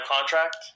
contract